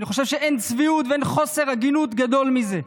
אני חושב שאין צביעות ואין חוסר הגינות גדול מזה.